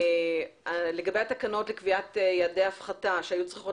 לגבי תקנות קביעת יעדי הפחתה שהיו צריכות